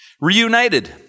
Reunited